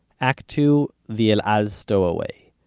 act two the el-al stowaway.